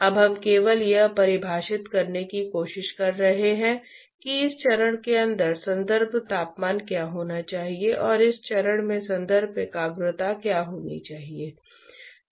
और हम नहीं जानते कि क्या गुण हैं या तरल पदार्थ की हीट ट्रांसफर दर क्या है जो इस वस्तु से बह सकते हैं